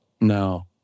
No